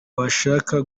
washaka